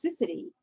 toxicity